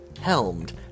helmed